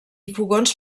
fogons